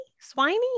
swiney